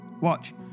Watch